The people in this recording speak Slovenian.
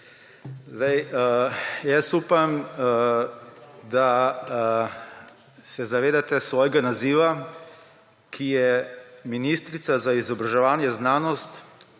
nekaj let. Upam, da se zavedate svojega naziva, ki je ministrica za izobraževanje, znanost…,